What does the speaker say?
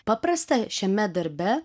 paprasta šiame darbe